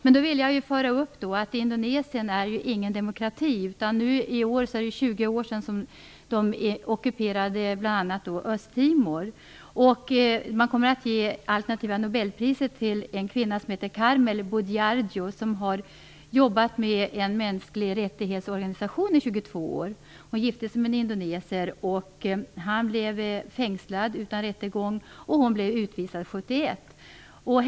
Jag vill dock framföra att Indonesien inte är någon demokrati. I år är det 20 år sedan ockupationen av bl.a. Östtimor. Man kommer att ge det alternativa nobelpriset till en kvinna vid namn Carmel Budiardjo, som i 22 år har jobbat med en organisation för mänskliga rättigheter. Hon gifte sig med en indones. Han blev fängslad utan rättegång, och hon blev utvisad 1971.